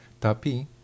Tapi